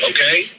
Okay